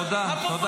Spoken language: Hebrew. תודה.